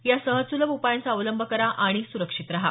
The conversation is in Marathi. या सहज सुलभ उपायांचा अवलंब करा आणि सुरक्षित रहा